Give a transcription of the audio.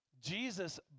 Jesus